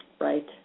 Right